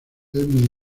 muy